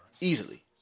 Easily